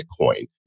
Bitcoin